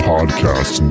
Podcast